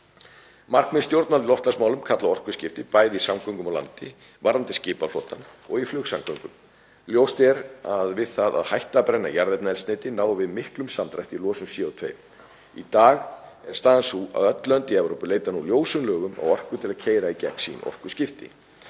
Markmið stjórnvalda í loftslagsmálum kalla á orkuskipti, bæði í samgöngum á landi, varðandi skipaflotann og í flugsamgöngum. Ljóst er að við það að hætta að brenna jarðefnaeldsneyti náum við miklum samdrætti í losun CO2. Í dag er staðan sú að öll lönd í Evrópu leita nú ljósum logum að orku til að keyra í gegn sín orkuskipti.